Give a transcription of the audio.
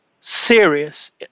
serious